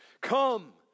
Come